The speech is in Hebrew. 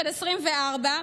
תקציב 2024,